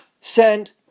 send